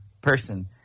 person